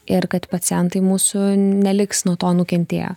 ir kad pacientai mūsų neliks nuo to nukentėję